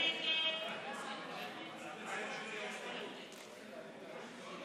צריך